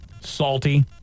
salty